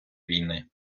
війни